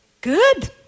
Good